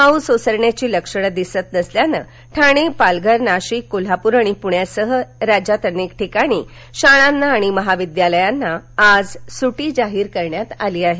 पाऊस ओसरण्याची लक्षणं दिसत नसल्यानं ठाणे पालघर नाशिक कोल्हापूर आणि पुण्यासह राज्यात अनेक ठिकाणी शाळांना आणि महाविद्यालयांना आज सुट्टी जाहीर करण्यात आली आहे